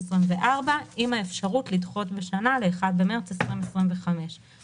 עם האפשרות לדחות בשנה ל-1 במרס 2025. כלומר